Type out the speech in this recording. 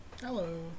Hello